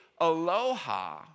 aloha